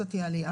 זאת תהיה עלייה,